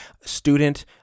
student